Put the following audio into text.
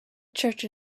church